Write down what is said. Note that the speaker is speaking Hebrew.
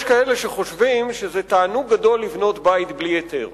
יש כאלה שחושבים שזה תענוג גדול לבנות בית בלי היתר.